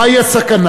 מה הסכנה?